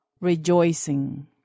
rejoicing